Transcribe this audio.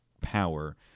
power